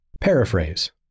Paraphrase